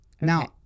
Now